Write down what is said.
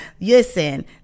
listen